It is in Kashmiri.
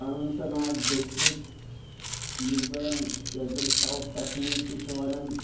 اننت ناگ ڈِسٹرٛک یُس زَن یَتھ زَن سَوُتھ کشمیٖر تہِ چھِ وَنان